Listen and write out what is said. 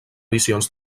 visions